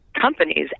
companies